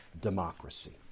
democracy